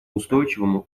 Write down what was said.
устойчивому